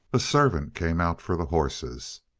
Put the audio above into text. a servant came out for the horses.